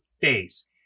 face